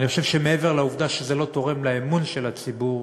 אני חושב שמעבר לעובדה שזה לא תורם לאמון של הציבור